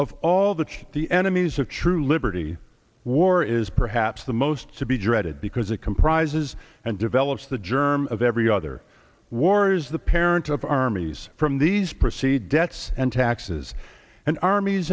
of all the the enemies of true liberty war is perhaps the most to be dreaded because it comprises and develops the germ of every other wars the parent of armies from these precede debts and taxes and armies